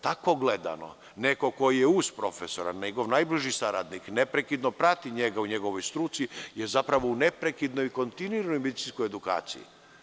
Tako gledano, neko ko je uz profesora, njegov najbliži saradnik, neprekidno prati njega u njegovoj struci, je zapravo u neprekidnoj kontinuiranoj medicinskoj edukaciji.